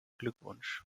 glückwunsch